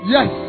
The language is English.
Yes